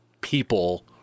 people